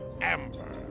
Amber